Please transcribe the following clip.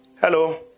Hello